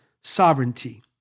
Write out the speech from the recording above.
sovereignty